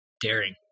daring